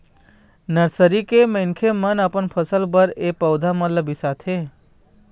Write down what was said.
nursery के मनखे मन अपन फसल बर ए पउधा मन ल बिसाथे